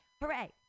Hooray